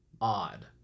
odd